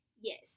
Yes